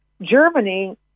Germany